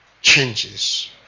changes